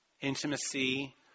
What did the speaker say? intimacy